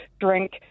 drink